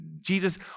Jesus